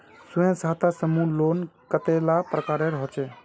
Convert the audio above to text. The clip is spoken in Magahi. स्वयं सहायता समूह लोन कतेला प्रकारेर होचे?